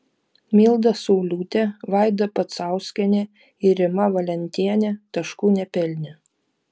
milda sauliūtė vaida pacauskienė ir rima valentienė taškų nepelnė